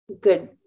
good